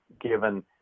given